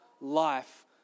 life